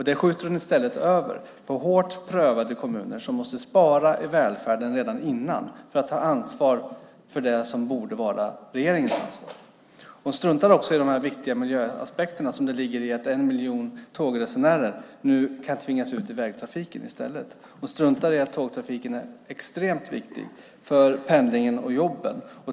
Det skjuter hon i stället över på hårt prövade kommuner som måste spara i välfärden redan innan för att ta ansvar för det som borde vara regeringens ansvar. Hon struntar också i de viktiga miljöaspekter som ligger i att en miljon tågresenärer nu kan tvingas ut i vägtrafiken i stället. Hon struntar i att tågtrafiken är extremt viktig för pendlingen och jobben.